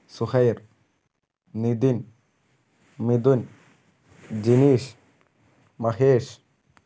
Suhair Nidhin Mithun Jineesh Mahesh